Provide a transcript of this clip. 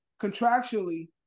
contractually